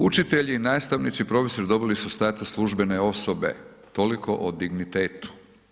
Učitelji, nastavnici i profesori dobili su status službene osobe, toliko o dignitetu.